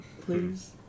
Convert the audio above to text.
Please